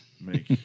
make